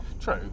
True